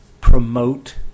promote